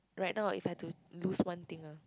right now if I have to lose one thing ah